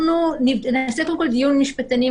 אנחנו נעשה קודם כול דיון משפטנים,